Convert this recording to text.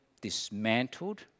dismantled